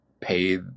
pay